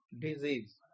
disease